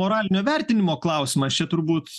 moralinio vertinimo klausimas čia turbūt